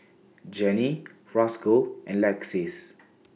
Jenni Rosco and Lexis